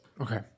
Okay